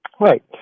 Right